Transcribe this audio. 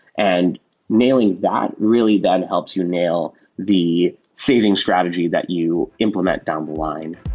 and nailing that really then helps you nail the saving strategy that you implement down the line.